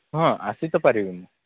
ହଁ ଆସି ତ ପାରିବି ମୁଁ